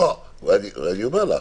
אני אומר לך,